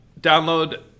download